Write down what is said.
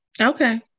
Okay